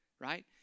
right